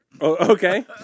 Okay